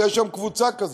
שיש שם קבוצה כזאת.